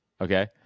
Okay